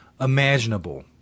imaginable